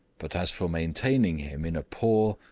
but as for maintaining him in a poor,